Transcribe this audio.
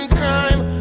crime